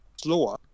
slower